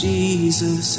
Jesus